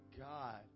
God